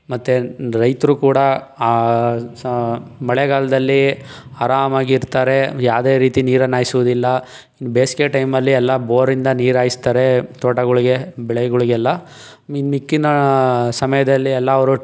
ಮತ್ತೆ ರೈತರು ಕೂಡ ಮಳೆಗಾಲದಲ್ಲಿಆರಾಮಾಗಿರ್ತಾರೆ ಯಾವ್ದೇ ರೀತಿ ನೀರನ್ನು ಹಾಯ್ಸೋದಿಲ್ಲ ಬೇಸಿಗೆ ಟೈಮಲ್ಲಿ ಎಲ್ಲ ಬೋರಿಂದ ನೀರು ಹಾಯಿಸ್ತಾರೆ ತೋಟಗಳಿಗೆ ಬೆಳೆಗಳಿಗೆಲ್ಲ ಇನ್ನು ಮಿಕ್ಕಿದ ಸಮಯದಲ್ಲಿ ಎಲ್ಲ ಅವರು